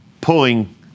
pulling